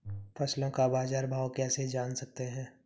फसलों का बाज़ार भाव कैसे जान सकते हैं?